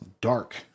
dark